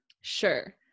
Sure